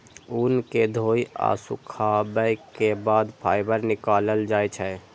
ऊन कें धोय आ सुखाबै के बाद फाइबर निकालल जाइ छै